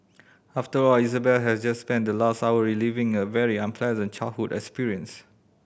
after all Isabel had just spent the last hour reliving a very unpleasant childhood experience